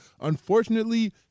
Unfortunately